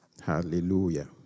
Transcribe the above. Hallelujah